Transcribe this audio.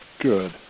Good